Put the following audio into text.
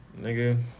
Nigga